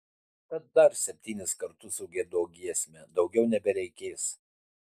tad dar septynis kartus sugiedok giesmę daugiau nebereikės